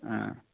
অঁ